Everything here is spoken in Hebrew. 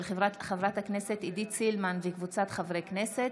של חברת הכנסת עידית סילמן וקבוצת חברי הכנסת,